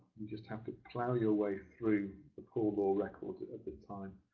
you just have to plough your way through the poor law records at the time.